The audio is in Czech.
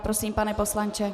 Prosím, pane poslanče.